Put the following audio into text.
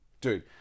dude